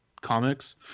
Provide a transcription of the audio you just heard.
comics